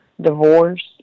divorce